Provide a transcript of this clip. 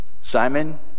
Simon